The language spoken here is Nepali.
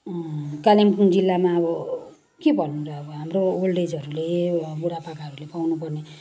कालिम्पोङ जिल्लामा अब के भन्नु र अब हाम्रो ओल्ड एजहरूले बुढापाकाहरूले पाउनुपर्ने